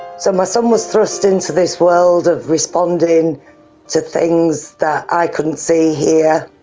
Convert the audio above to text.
so my son was thrust into this world of responding to things that i couldn't see, hear.